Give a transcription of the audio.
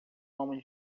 homem